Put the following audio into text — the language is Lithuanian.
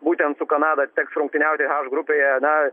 būtent su kanada teks rungtyniauti h grupėje na